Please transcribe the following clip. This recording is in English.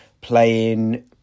playing